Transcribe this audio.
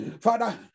Father